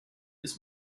des